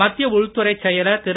மத்திய உள்துறைச் செயலர் திரு